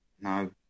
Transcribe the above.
No